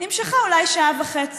נמשכה אולי שעה וחצי.